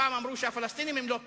פעם אמרו שהפלסטינים הם לא פרטנר.